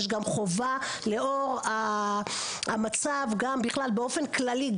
יש גם חובה לאור המצב באופן כללי,